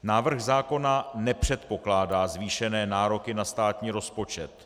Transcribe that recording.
Návrh zákona nepředpokládá zvýšené nároky na státní rozpočet.